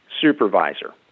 supervisor